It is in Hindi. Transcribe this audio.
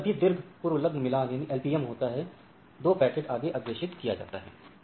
अतः जब भी दीर्घ पूर्वलग्न मिलान होता है दो पैकेट आगे अग्रेषित किया जाता है